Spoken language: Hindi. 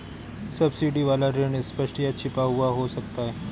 सब्सिडी वाला ऋण स्पष्ट या छिपा हुआ हो सकता है